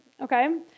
okay